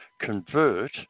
convert